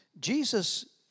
Jesus